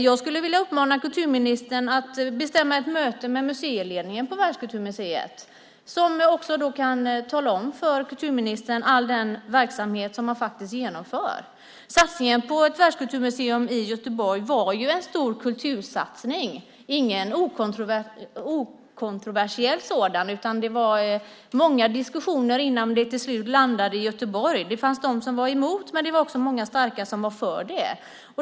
Jag skulle vilja uppmana kulturministern att bestämma ett möte med museiledningen på Världskulturmuseet. De kan då också berätta för kulturministern om all den verksamhet man faktiskt genomför. Satsningen på ett världskulturmuseum i Göteborg var en stor kultursatsning, och ingen okontroversiell sådan. Det var många diskussioner innan det till slut landade i Göteborg. Det fanns de som var emot detta, men det fanns också många starka som var för det.